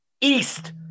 East